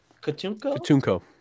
Katunko